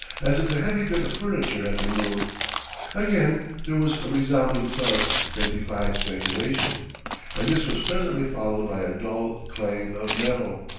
as if a heavy bit of furniture had been moved again there was a resounding thud that defied speculation and this was presently followed by a dull clang of metal.